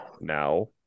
now